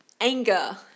anger